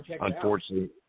unfortunately